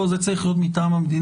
האם פה זה צריך להיות מטעם המדינה?